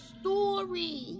story